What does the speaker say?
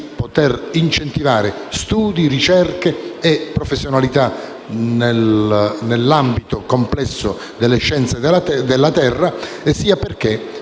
poter incentivare studi, ricerche e professionalità nell'ambito complesso delle scienze della terra. Inoltre,